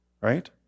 right